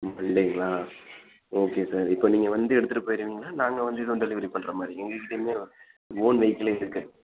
மண்டேங்களா okay sir இப்போ நீங்கள் வண்டி எடுத்துகிட்டு போயிடுவீங்களா நாங்கள் வந்து எதுவும் டெலிவரி பண்ணுற மாதிரியா எங்கக்கிட்டையுமே வந்து ஓன் வெஹிக்களே இருக்கு